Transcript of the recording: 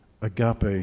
agape